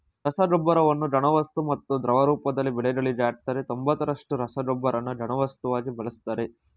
ರಸಗೊಬ್ಬರವನ್ನು ಘನವಸ್ತು ಮತ್ತು ದ್ರವ ರೂಪದಲ್ಲಿ ಬೆಳೆಗಳಿಗೆ ಹಾಕ್ತರೆ ತೊಂಬತ್ತರಷ್ಟು ರಸಗೊಬ್ಬರನ ಘನವಸ್ತುವಾಗಿ ಬಳಸ್ತರೆ